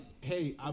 hey